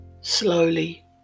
Slowly